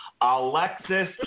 Alexis